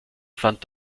fand